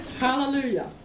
Hallelujah